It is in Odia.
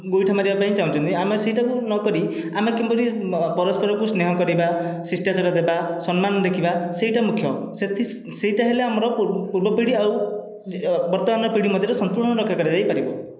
ଗୋଇଠା ମାରିବାପାଇଁ ଚାହୁଁଛନ୍ତି ଆମେ ସେହିଟାକୁ ନକରି ଆମେ କିପରି ପରସ୍ପରକୁ ସ୍ନେହ କରିବା ଶିଷ୍ଟାଚାର ଦେବା ସମ୍ମାନ ଦେଖିବା ସେହିଟା ମୁଖ୍ୟ ସେଥି ସେହିଟା ହେଲେ ଆମର ପୂର୍ବ ପିଢ଼ି ଆଉ ବର୍ତ୍ତମାନର ପିଢ଼ି ମଧ୍ୟରେ ସଂନ୍ତୁଳନ ରକ୍ଷା କରାଯାଇପାରିବ